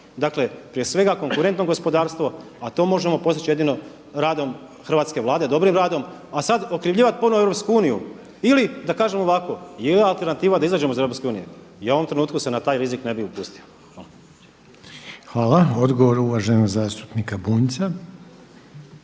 Dakle, prije svega, konkurentno gospodarstvo, a to možemo postići jedino radom hrvatske Vlade, dobrim radom. A sada okrivljivati ponovno Europsku uniju. Ili da kažem ovako, je alternativa da izađemo iz Europske unije, ja u ovom trenutku se na taj rizik ne bi upustio. Hvala. **Reiner, Željko (HDZ)** Hvala. Odgovor uvaženog zastupnik Bunjca.